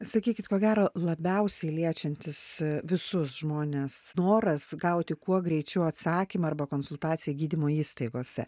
sakykit ko gero labiausiai liečiantis visus žmones noras gauti kuo greičiau atsakymą arba konsultaciją gydymo įstaigose